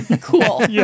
Cool